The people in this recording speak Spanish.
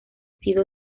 sido